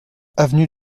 avenue